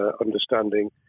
understanding